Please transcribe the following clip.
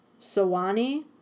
Sawani